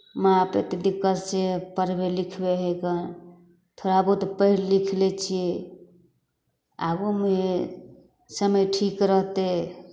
माँ बाप एतेक दिक्कतसँ पढ़बै लिखबै हइ कन थोड़ा बहुत पढ़ि लिखि लै छी आगू मूँहेँ समय ठीक रहतै